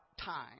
time